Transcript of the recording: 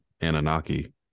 Anunnaki